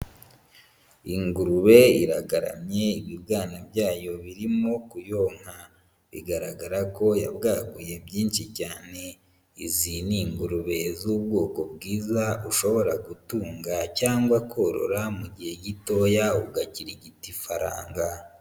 Ingurube iragaramye ibibwana byayo birimo kuyonka bigaragara ko yabwaduye byinshi cyane, izi ni ingurube z'ubwoko bwiza ushobora gutunga cyangwa korora mu gihe gitoya ugakirigita ifaranga.